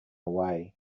away